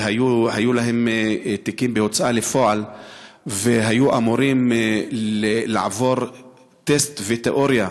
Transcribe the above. היו להם תיקים בהוצאה לפועל והיו אמורים לעבור טסט ותיאוריה,